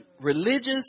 religious